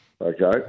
Okay